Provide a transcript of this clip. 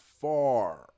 far